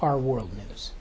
our world news